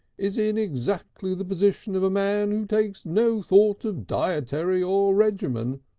is in exactly the position of a man who takes no thought of dietary or regimen,